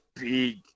big